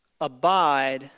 abide